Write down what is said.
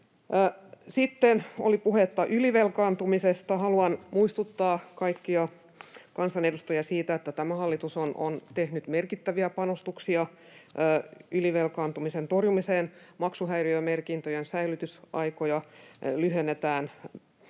Sitten oli puhetta ylivelkaantumisesta. Haluan muistuttaa kaikkia kansanedustajia siitä, että tämä hallitus on tehnyt merkittäviä panostuksia ylivelkaantumisen torjumiseen. Maksuhäiriömerkintöjen säilytysaikoja lyhennetään,